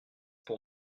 pour